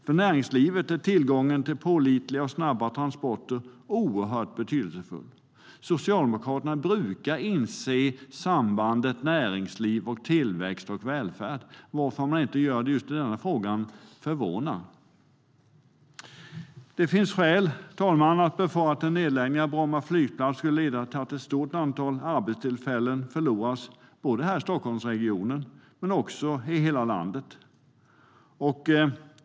För näringslivet är tillgången till pålitliga och snabba transporter oerhört betydelsefull. Socialdemokraterna brukar inse sambandet mellan näringsliv, tillväxt och välfärd. Att de inte gör det i just detta fall förvånar. Det finns skäl, herr talman, att befara att en nedläggning av Bromma flygplats skulle leda till att ett stort antal arbetstillfällen förloras både i Stockholmsregionen och i hela landet.